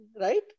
Right